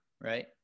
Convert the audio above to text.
right